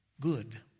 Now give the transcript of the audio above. good